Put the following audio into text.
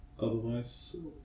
Otherwise